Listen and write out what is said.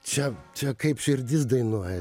čia čia kaip širdis dainuoja